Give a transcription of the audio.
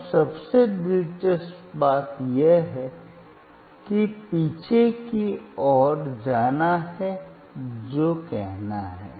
अब सबसे दिलचस्प बात यह है कि पीछे की ओर जाना है जो कहना है